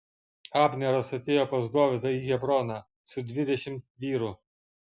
abneras atėjo pas dovydą į hebroną su dvidešimt vyrų